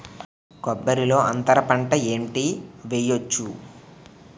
కొబ్బరి లో అంతరపంట ఏంటి వెయ్యొచ్చు?